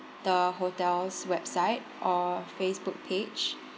the hotel's website or Facebook page